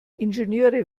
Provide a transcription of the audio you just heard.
ingenieure